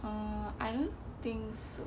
uh I don't think so